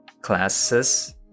classes